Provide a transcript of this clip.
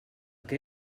que